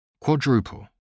quadruple